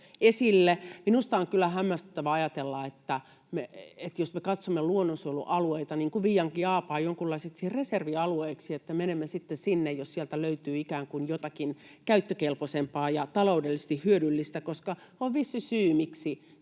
Minusta on kyllä hämmästyttävää ajatella, että me katsoisimme luonnonsuojelualueita, niin kuin Viiankiaapaa, jonkunlaisiksi reservialueiksi niin, että menemme sitten sinne, jos sieltä löytyy ikään kuin jotakin käyttökelpoisempaa ja taloudellisesti hyödyllistä. On vissi syy, miksi